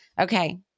Okay